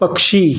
पक्षी